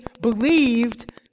believed